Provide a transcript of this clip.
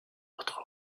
autre